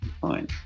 Fine